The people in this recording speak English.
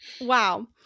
Wow